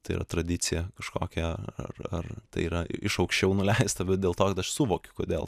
tai yra tradicija kažkokia ar ar tai yra iš aukščiau nuleista bet dėl to kad aš suvokiu kodėl